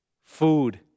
Food